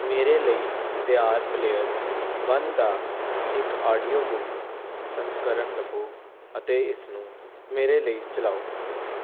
ਮੇਰੇ ਲਈ ਤਿਆਰ ਪਲੇਅਰ ਵਨ ਦਾ ਇੱਕ ਆਡੀਓ ਬੁੱਕ ਸੰਸਕਰਣ ਲੱਭੋ ਅਤੇ ਇਸ ਨੂੰ ਮੇਰੇ ਲਈ ਚਲਾਓ